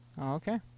Okay